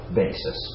basis